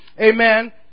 Amen